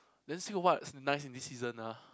then still got what's nice in this season ah